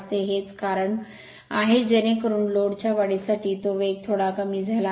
हेच कारण आहे जेणेकरून लोड च्या वाढीसह तो वेग थोडा कमी झाला आहे